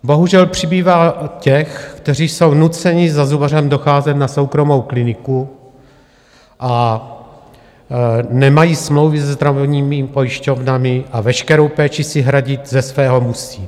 Bohužel přibývá těch, kteří jsou nuceni za zubařem docházet na soukromou kliniku, nemají smlouvy se zdravotními pojišťovnami a veškerou péči si hradit ze svého musí.